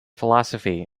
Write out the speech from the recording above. philosophy